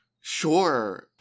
Sure